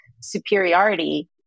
superiority